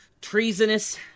Treasonous